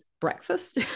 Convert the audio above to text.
breakfast